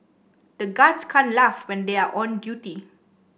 the guards can't laugh when they are on duty